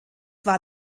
war